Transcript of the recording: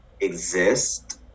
exist